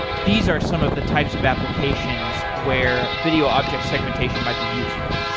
these are some of the types of applications where video object segmentation might be used.